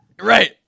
Right